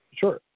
Sure